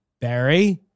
Barry